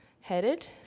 headed